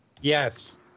Yes